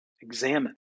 examine